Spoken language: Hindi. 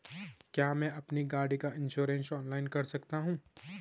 क्या मैं अपनी गाड़ी का इन्श्योरेंस ऑनलाइन कर सकता हूँ?